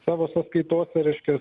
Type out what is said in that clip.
savo sąskaitose reiškias